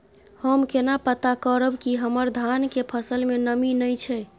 हम केना पता करब की हमर धान के फसल में नमी नय छै?